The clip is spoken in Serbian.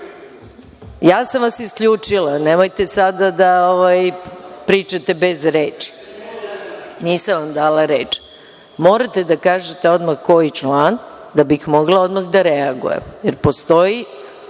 sam vas isključila, nemojte sada da pričate. Nisam vam dala reč. Morate da kažete odmah koji član da bih mogla odmah da reagujem,